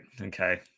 okay